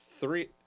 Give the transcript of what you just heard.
three